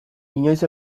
inoiz